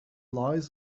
lies